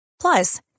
Plus